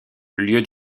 lieu